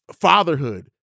fatherhood